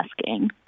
asking